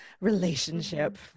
relationship